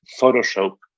Photoshop